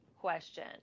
question